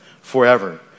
forever